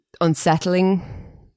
unsettling